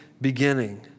beginning